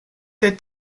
der